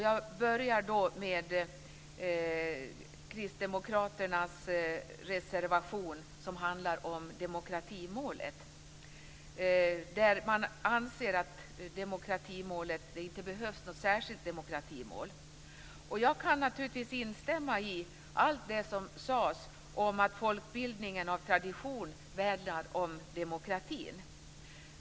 Jag börjar med Kristdemokraternas reservation, som handlar om demokratimålet. Man anser att det inte behövs ett särskilt demokratimål. Jag kan naturligtvis instämma i allt det som sagts om att folkbildningen av tradition värnar om demokratin.